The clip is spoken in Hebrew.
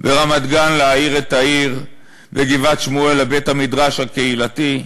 ברמת גן: "להאיר את העיר"; בגבעת-שמואל: בית-המדרש הקהילתי,